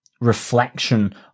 reflection